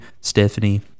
Stephanie